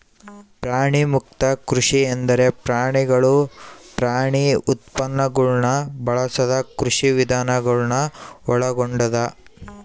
ಪ್ರಾಣಿಮುಕ್ತ ಕೃಷಿ ಎಂದರೆ ಪ್ರಾಣಿಗಳು ಪ್ರಾಣಿ ಉತ್ಪನ್ನಗುಳ್ನ ಬಳಸದ ಕೃಷಿವಿಧಾನ ಗಳನ್ನು ಒಳಗೊಂಡದ